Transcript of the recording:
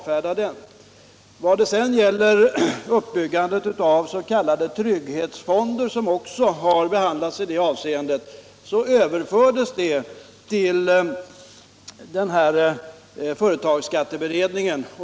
Frågan om uppbyggandet av s.k. trygghetsfonder, som också har behandlats i sammanhanget, överfördes till företagsskatteberedningen.